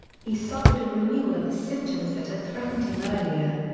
he suffered a renewal of the symptoms that had threatened him earlier.